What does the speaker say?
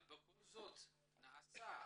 זה נעשה,